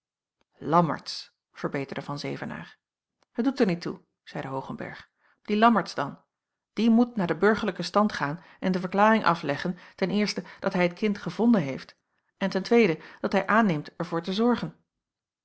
lammertsz verbeterde van zevenaer het doet er niet toe zeide hoogenberg die lammertsz dan die moet naar o den burgerlijken stand gaan en de verklaring afleggen dat hij het kind gevonden o heeft en dat hij aanneemt er voor te zorgen